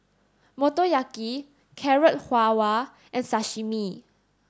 Motoyaki Carrot Halwa and Sashimi